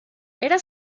era